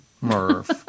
Murph